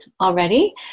already